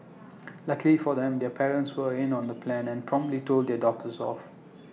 luckily for them their parents were in on the plan and promptly told their daughters off